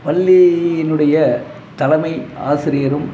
பள்ளியினுடைய தலைமை ஆசிரியரும்